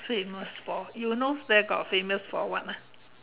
famous for you know there got famous for what ah